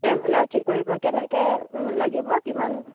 traveller ঠিক কৰিব কেনেকৈ লাগিব কিমান